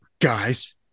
guys